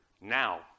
now